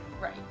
Right